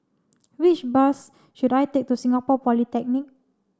which bus should I take to Singapore Polytechnic